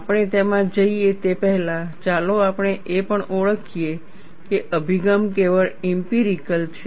આપણે તેમાં જઈએ તે પહેલાં ચાલો આપણે એ પણ ઓળખીએ કે અભિગમ કેવળ ઇમ્પિરિકલ છે